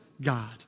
God